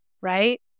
right